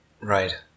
right